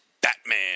Batman